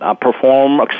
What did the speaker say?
perform